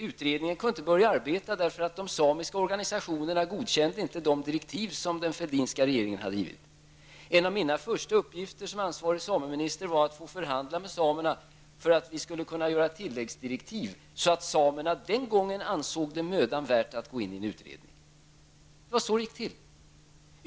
Utredningen kunde inte börja arbeta, eftersom de samiska organisationerna inte godkände de direktiv som den Fälldinska regeringen hade givit. En av mina första uppgifter som ansvarig sameminister var att förhandla med samerna för att vi skulle kunna utarbeta tilläggsdirektiv så att samerna den gången ansåg det mödan värt att gå in i en utredning. Det var så det gick till.